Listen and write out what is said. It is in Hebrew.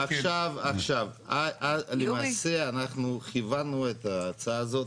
למעשה אנחנו כיוונו את ההצעה הזאת